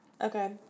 Okay